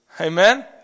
amen